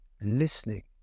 listening